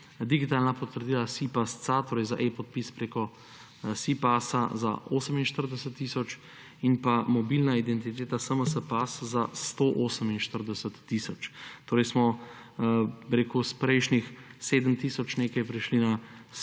Digitalna potrdila SI-PASS-CA, torej za e-podpis prek SI-PASS, za 48 tisoč in mobilna identiteta smsPASS za 148 tisoč. Torej smo s prejšnjih 7 tisoč in nekaj prišli na